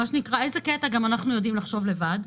מה שנקרא, איזה קטע, גם אנחנו יודעים לחשוב לבד.